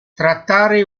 trattare